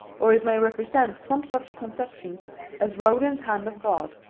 or it may represent some such conception as rodin's hand of god,